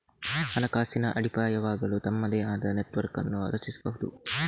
ಹಣಕಾಸಿನ ಅಡಿಪಾಯವಾಗಲು ತಮ್ಮದೇ ಆದ ನೆಟ್ವರ್ಕ್ ಅನ್ನು ರಚಿಸಬಹುದು